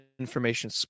Information